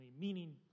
meaning